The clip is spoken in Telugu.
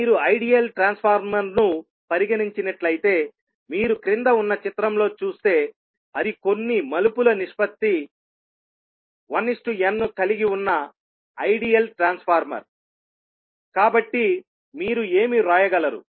మీరు ఐడియల్ ట్రాన్స్ఫార్మర్ను పరిగణించినట్లయితేమీరు క్రింద ఉన్న చిత్రంలో చూస్తే అది కొన్ని మలుపులు నిష్పత్తి 1n ను కలిగి ఉన్న ఐడియల్ ట్రాన్స్ఫార్మర్ కాబట్టి మీరు ఏమి వ్రాయగలరు